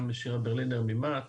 גם שירה ברלינר ממה"ט